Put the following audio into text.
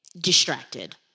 distracted